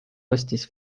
ostis